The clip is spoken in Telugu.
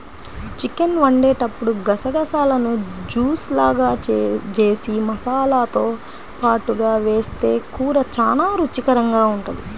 చికెన్ వండేటప్పుడు గసగసాలను జూస్ లాగా జేసి మసాలాతో పాటుగా వేస్తె కూర చానా రుచికరంగా ఉంటది